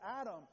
Adam